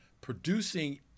producing